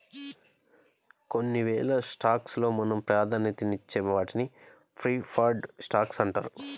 కొన్నివేల స్టాక్స్ లో మనం ప్రాధాన్యతనిచ్చే వాటిని ప్రిఫర్డ్ స్టాక్స్ అంటారు